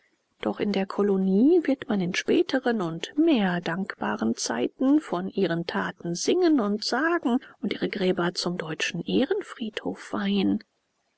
doch in der kolonie wird man in späteren und mehr dankbaren zeiten von ihren taten singen und sagen und ihre gräber zum deutschen ehrenfriedhof weihen